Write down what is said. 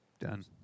done